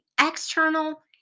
External